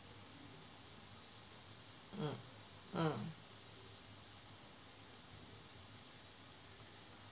mm mm